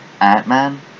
Ant-Man